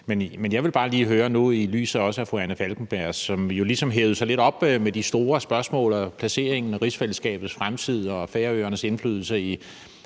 Men i lyset af det, som også blev sagt af fru Anna Falkenberg, der jo ligesom hævede sig lidt op med de store spørgsmål i forhold til placeringen, rigsfællesskabets fremtid og Færøernes indflydelse i